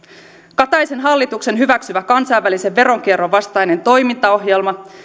kataisen hallituksen hyväksymä kansainvälisen veronkierron vastainen toimintaohjelma